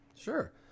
Sure